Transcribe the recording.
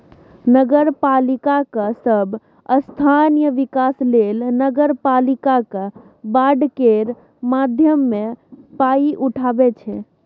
नगरपालिका सब स्थानीय बिकास लेल नगरपालिका बॉड केर माध्यमे पाइ उठाबै छै